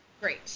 Great